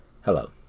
Hello